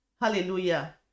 Hallelujah